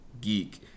Geek